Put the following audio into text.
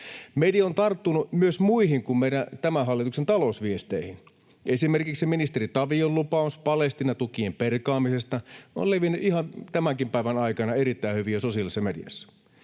Media on tarttunut myös muihin kuin tämän hallituksen talousviesteihin. Esimerkiksi ministeri Tavion lupaus Palestiina-tukien perkaamisesta on levinnyt ihan tämänkin päivän aikana erittäin hyvin sosiaalisessa mediassa.